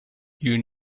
you